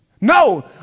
no